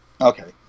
Okay